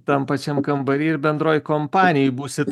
tam pačiam kambary ir bendroj kompanijoj būsit